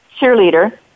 Cheerleader